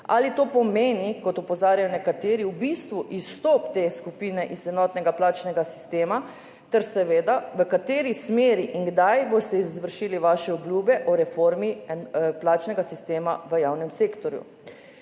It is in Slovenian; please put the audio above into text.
Ali to pomeni, kot opozarjajo nekateri, v bistvu izstop te skupine iz enotnega plačnega sistema? V kateri smeri in kdaj boste izvršili svoje obljube o reformi plačnega sistema v javnem sektorju?